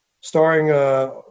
starring